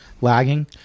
lagging